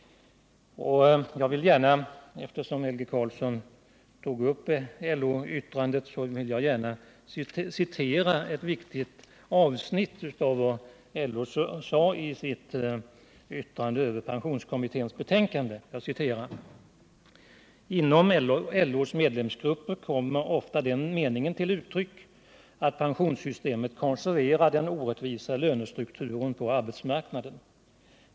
Jag vill gärna — eftersom Helge Karlsson tog upp LO-yttrandet över pensionskommitténs betänkande — citera ett viktigt avsnitt av vad LO sade: ”Inom LO:s medlemsgrupper kommer ofta den meningen till uttryck att pensionssystemet konserverar den orättvisa lönestrukturen på arbetsmarknaden.